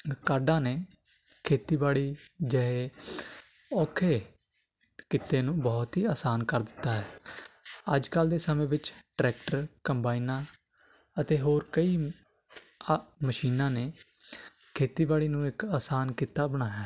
ਕਾਢਾਂ ਨੇ ਖੇਤੀਬਾੜੀ ਜਿਹੇ ਔਖੇ ਕਿੱਤੇ ਨੂੰ ਬਹੁਤ ਹੀ ਆਸਾਨ ਕਰ ਦਿੱਤਾ ਹੈ ਅੱਜ ਕੱਲ੍ਹ ਦੇ ਸਮੇਂ ਵਿੱਚ ਟਰੈਕਟਰ ਕੰਬਾਈਨਾਂ ਅਤੇ ਹੋਰ ਕਈ ਅ ਮਸ਼ੀਨਾਂ ਨੇ ਖੇਤੀਬਾੜੀ ਨੂੰ ਇੱਕ ਆਸਾਨ ਕਿੱਤਾ ਬਣਾਇਆ ਹੈ